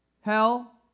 Hell